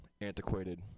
antiquated